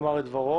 לומר את דברו.